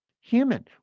human